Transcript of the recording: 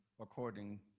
according